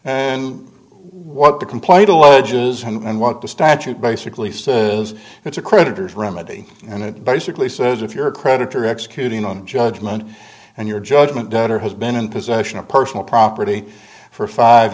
alleges and what the statute basically says it's a creditors remedy and it basically says if you're a creditor executing on judgment and your judgment debtor has been in possession of personal property for five